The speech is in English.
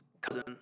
cousin